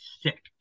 sick